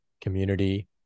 community